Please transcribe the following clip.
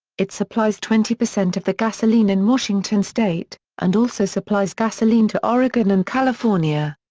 it supplies twenty percent of the gasoline in washington state, and also supplies gasoline to oregon and california.